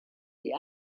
die